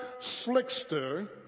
slickster